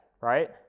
right